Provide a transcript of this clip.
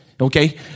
Okay